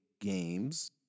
games